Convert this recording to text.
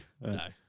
no